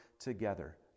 together